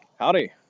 Howdy